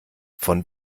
von